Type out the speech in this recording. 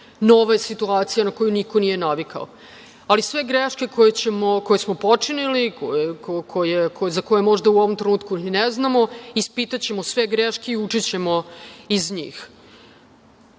nova je situacija na koju niko nije navikao. Ali, sve greške koje smo počinili, za koje možda u ovom trenutku ni ne znamo, ispitaćemo sve greške i učićemo iz njih. Da